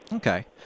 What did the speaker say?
Okay